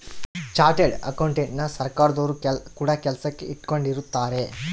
chartered ಅಕೌಂಟೆಂಟನ ಸರ್ಕಾರದೊರು ಕೂಡ ಕೆಲಸಕ್ ಇಟ್ಕೊಂಡಿರುತ್ತಾರೆ